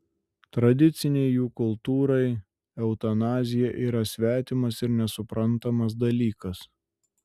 tradicinei jų kultūrai eutanazija yra svetimas ir nesuprantamas dalykas